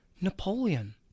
Napoleon